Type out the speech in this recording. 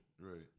Right